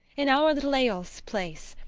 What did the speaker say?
in our little eyolf's place.